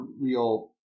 real